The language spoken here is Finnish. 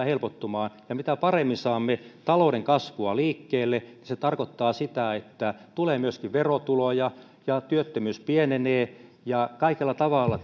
helpottumaan mitä paremmin saamme talouden kasvua liikkeelle se tarkoittaa sitä että sitä paremmin tulee myöskin verotuloja ja työttömyys pienenee ja kaikella tavalla